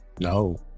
No